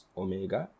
omega